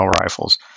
rifles